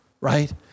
Right